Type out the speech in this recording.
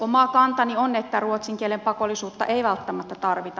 oma kantani on että ruotsin kielen pakollisuutta ei välttämättä tarvita